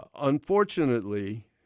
unfortunately